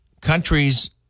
countries